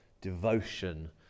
devotion